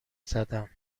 زدم